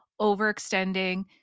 overextending